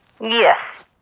Yes